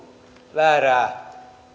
väärää